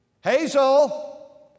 Hazel